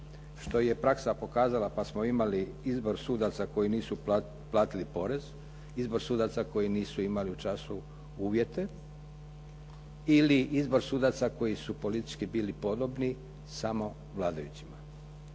što je praksa pokazala pa smo imali izbor sudaca koji nisu platili porez, izbor sudaca koji nisu imali u času uvjete ili izbor sudaca koji su politički bili podobni samo vladajućima.